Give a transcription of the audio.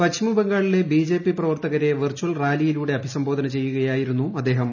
പശ്ചിമബംഗാളിലെ ബിജെപി പ്രവർത്തകരെ വെർച്ചൽ റാലിയിലൂടെ അഭിസംബോധന ചെയ്യുക്കുയായിരുന്നു അദ്ദേഹം